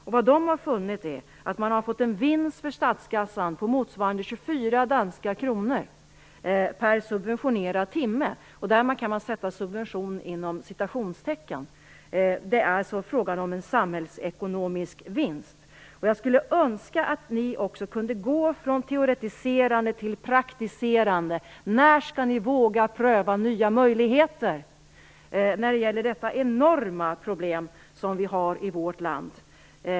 Vad de då har funnit är att man har fått en vinst för statskassan på motsvarande 24 danska kronor per subventionerad timme. Här kan man sätta "subvention" inom citationstecken. Det är alltså fråga om en samhällsekonomisk vinst. Jag skulle önska att ni också kunde gå från teoretiserande till praktiserande. När skall ni våga pröva nya möjligheter när det gäller detta enorma problem som vi har i vårt land?